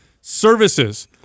services